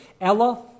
Ella